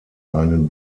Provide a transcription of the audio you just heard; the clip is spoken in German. einen